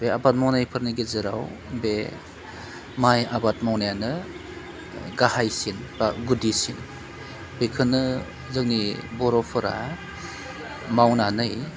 बे आबाद मावनायफोरनि गेजेराव बे माय आबाद मावनायानो गाहायसिन बा गुदिसिन बेखोनो जोंनि बर'फोरा मावनानै